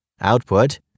Output